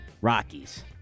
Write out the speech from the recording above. Rockies